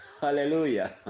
hallelujah